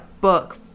book